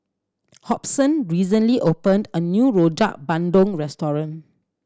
Hobson recently opened a new Rojak Bandung restaurant